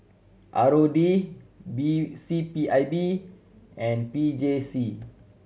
R O D B C P I B and P J C